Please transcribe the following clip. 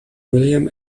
william